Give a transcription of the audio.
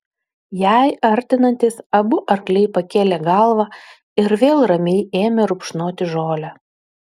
jai artinantis abu arkliai pakėlė galvą ir vėl ramiai ėmė rupšnoti žolę